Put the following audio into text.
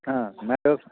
ആ അന്നേരം